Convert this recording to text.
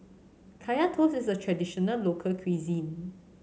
Kaya Toast is a traditional local cuisine